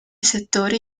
settori